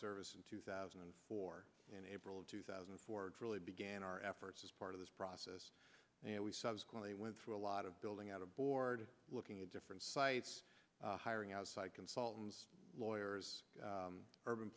service in two thousand and four in april of two thousand and four we began our efforts as part of this process and we subsequently went through a lot of building out of board looking at different sites hiring outside consultants lawyers urban